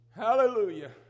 Hallelujah